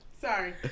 sorry